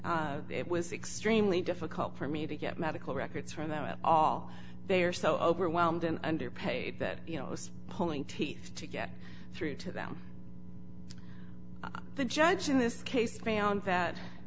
it was extremely difficult for me to get medical records from there at all they are so overwhelmed and underpaid that you know i was pulling teeth to get through to them the judge in this case found that